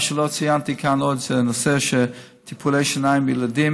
מה שלא ציינתי כאן זה הנושא של טיפולי שיניים לילדים.